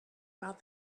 about